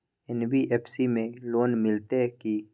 NBFC में loan मिलते की?